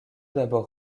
d’abord